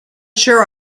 sure